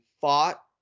fought